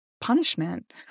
punishment